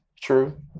True